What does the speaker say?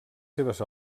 seves